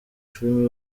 filimi